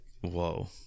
whoa